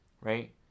Right